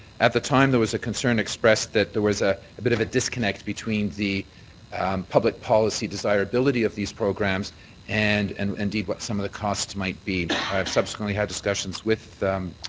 at the time, there was a concern expressed that there was a a bit of a disconnect between the public policy desirability of these programs and and indeed what some of the costs might be. i subsequently had discussions with